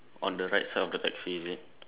on the right side of the taxi is it